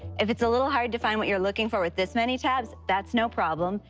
if it's a little hard to find what you're looking for with this many tabs, that's no problem.